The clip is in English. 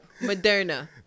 moderna